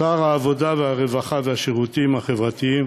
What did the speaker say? שר העבודה והרווחה והשירותים החברתיים